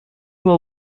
will